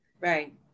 Right